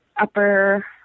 upper